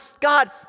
God